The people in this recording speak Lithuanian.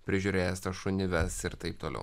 prižiūrės tas šunybes ir taip toliau